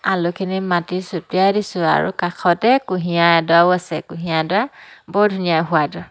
আলুখিনি মাটি ছটিয়াই দিছোঁ আৰু কাষতে কুঁহিয়াৰ এডৰাও আছে কুঁহিয়াৰডৰা বৰ ধুনীয়া সোৱাদৰ